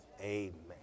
Amen